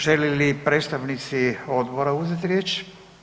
Žele li predstavnici odbora uzeti riječ?